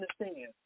understand